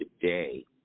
today